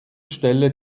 stelle